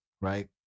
right